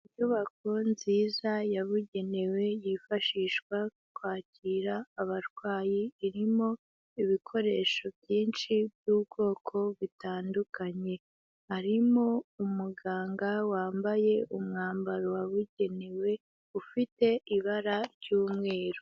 Inyubako nziza yabugenewe yifashishwa kwakira abarwayi, irimo ibikoresho byinshi by'ubwoko butandukanye, harimo umuganga wambaye umwambaro wabugenewe ufite ibara ry'umweru.